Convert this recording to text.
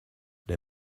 they